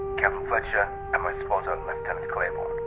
captain fletcher, and my spotter leftenant clayborne.